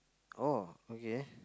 oh okay